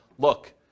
look